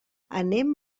anem